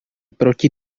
proti